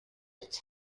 its